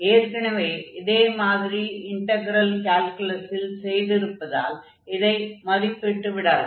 ஏற்கெனவே இதே மாதிரி இன்டக்ரெல் கால்குலஸில் செய்திருப்பதால் இதை மதிப்பிட்டுவிடலாம்